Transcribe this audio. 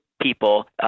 people